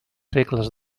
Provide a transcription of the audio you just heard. segles